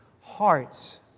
hearts